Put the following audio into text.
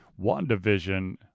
WandaVision